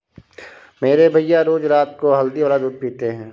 मेरे भैया रोज रात को हल्दी वाला दूध पीते हैं